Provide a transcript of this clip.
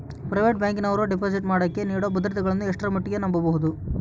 Private ಬ್ಯಾಂಕಿನವರು deposit ಮಾಡೋಕೆ ನೇಡೋ ಭದ್ರತೆಗಳನ್ನು ಎಷ್ಟರ ಮಟ್ಟಿಗೆ ನಂಬಬಹುದು?